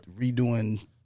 redoing